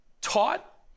taught